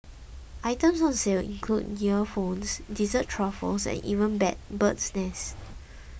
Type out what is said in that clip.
items on sale include earphones dessert truffles and even bird's nest